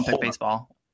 baseball